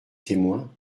témoin